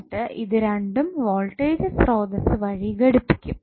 എന്നിട്ട് ഇത് രണ്ടും വോൾടേജ് സ്രോതസ്സ് വഴി ഘടിപ്പിക്കും